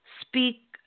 speak